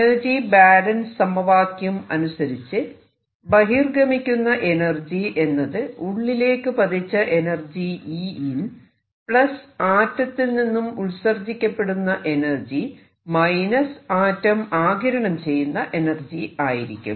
energy balance സമവാക്യം അനുസരിച്ച് ബഹിർഗമിക്കുന്ന എനർജി എന്നത് ഉള്ളിലേക്ക് പതിച്ച എനർജി ആറ്റത്തിൽ നിന്നും ഉത്സർജിക്കപ്പെടുന്ന എനർജി ആറ്റം ആഗിരണം ചെയ്യുന്ന എനർജി ആയിരിക്കും